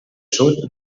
sud